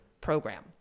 program